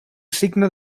signo